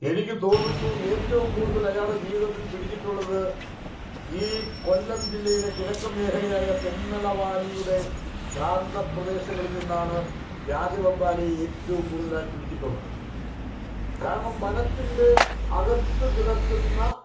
എനിക്ക് തോന്നുന്നു ഏറ്റവും കൂടുതൽ അയാളുടെ ജീവിതത്തിൽ പിടിച്ചിട്ടുള്ളത് ഈ കൊല്ലം ജില്ലയുടെ കിഴക്കൻ മേഖലയായ തെന്മല വാലിയുടെ പ്രാന്ത പ്രദേശങ്ങളിൽ നിന്നാണ് രാജവെമ്പാലയെ ഏറ്റവും കൂടുതലായി പിടിച്ചിട്ടുള്ളത് കാരണം വനത്തിൻ്റെ അകത്ത് കിടക്കുന്ന